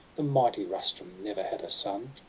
the mighty rustum never had a son